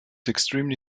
extremely